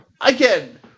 again